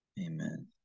amen